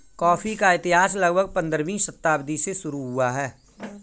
coffee का इतिहास लगभग पंद्रहवीं शताब्दी से शुरू हुआ है